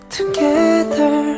Together